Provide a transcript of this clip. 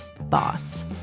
Boss